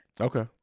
Okay